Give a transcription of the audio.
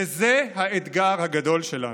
וזה האתגר הגדול שלנו,